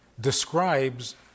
describes